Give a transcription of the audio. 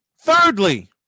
Thirdly